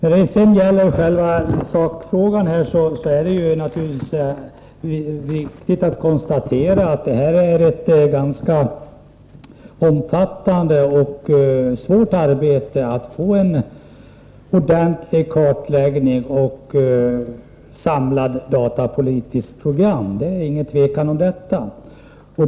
Beträffande sakfrågan är det riktigt att konstatera att det innebär ett omfattande och svårt arbete att genomföra en ordentlig kartläggning och utarbeta ett samlat datapolitiskt program — det råder inget tvivel om detta.